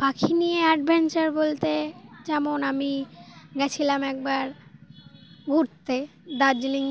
পাখি নিয়ে অ্যাডভেঞ্চার বলতে যেমন আমি গেছিলাম একবার ঘুরতে দার্জিলিং